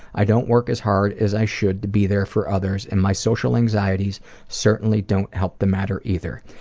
i don't work as hard as i should to be there for others and my social anxieties certainly don't help the matter, either.